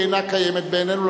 היא אינה קיימת בעינינו,